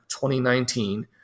2019